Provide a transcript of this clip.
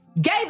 gay